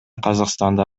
казакстанда